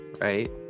right